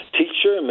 teacher